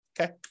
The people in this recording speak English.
Okay